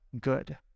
good